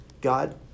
God